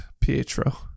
pietro